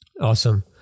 Awesome